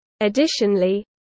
Additionally